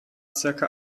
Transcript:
circa